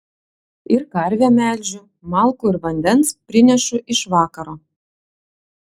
ir karvę melžiu malkų ir vandens prinešu iš vakaro